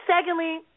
Secondly